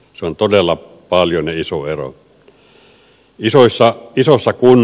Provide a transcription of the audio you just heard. se on todella paljon ja iso ero